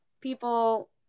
people